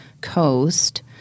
coast